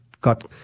got